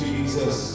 Jesus